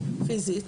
פיזית